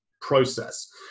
process